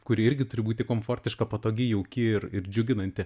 kuri irgi turi būti komfortiška patogi jauki ir ir džiuginanti